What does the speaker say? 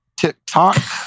TikTok